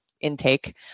intake